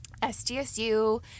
SDSU